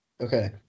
Okay